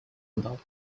about